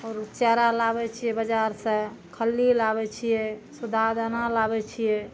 आओर चारा लाबै छियै बजार सऽ खल्ली लाबै छियै सुद्धा दाना लाबै छियै